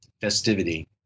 festivity